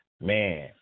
Man